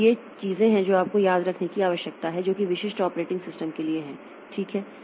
तो ये चीजें हैं जो आपको याद रखने की आवश्यकता है जोकि विशिष्ट ऑपरेटिंग सिस्टम के लिए हैं ठीक है